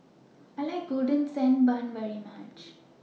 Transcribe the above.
I like Golden Sand Bun very much